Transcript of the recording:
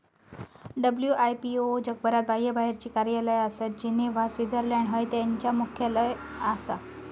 WIPO जगभरात बाह्यबाहेरची कार्यालया आसत, जिनेव्हा, स्वित्झर्लंड हय त्यांचा मुख्यालय आसा